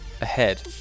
Ahead